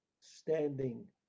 standing